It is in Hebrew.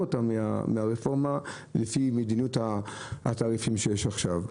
מהרפורמה לפי מדיניות התעריפים שקיימת עכשיו.